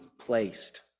placed